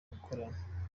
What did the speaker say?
gukorana